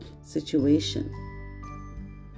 situation